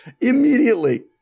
Immediately